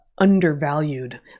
undervalued